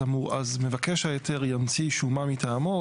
אז מבקש ההיתר ימציא שומה מטעמו,